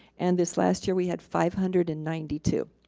and this last year, we had five hundred and ninety two.